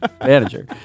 manager